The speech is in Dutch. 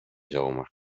zomer